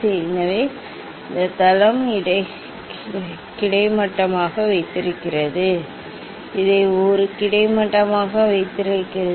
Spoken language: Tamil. எனவே இந்த தளம் இதை கிடைமட்டமாக வைத்திருக்கிறது இதை ஒரு கிடைமட்டமாக வைத்திருக்கிறது